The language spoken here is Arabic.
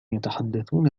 يتحدثون